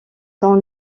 sont